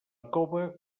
cova